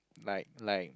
like like